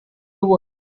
world